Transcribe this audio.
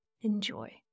Enjoy